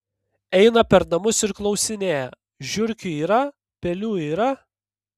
eina per namus ir klausinėja žiurkių yra pelių yra